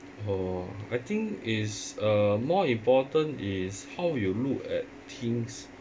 orh I think it's uh more important is how you look at things